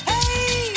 Hey